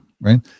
right